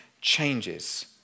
changes